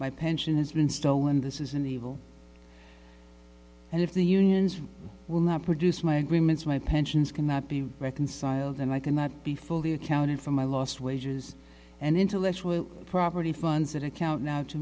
my pension has been stolen this is an evil and if the unions will not produce my agreements my pensions cannot be reconciled and i cannot be fully accounted for my lost wages and intellectual property funds that account now to